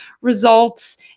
results